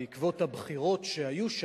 בעקבות הבחירות שהיו שם,